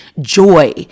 joy